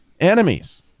enemies